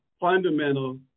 fundamental